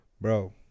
bro